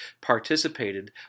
participated